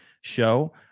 show